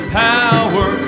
power